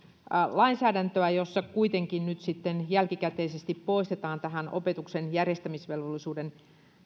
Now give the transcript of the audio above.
lainsäädäntöä josta kuitenkin nyt sitten jälkikäteisesti poistetaan tästä opetuksen järjestämisvelvollisuuden